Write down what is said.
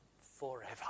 forever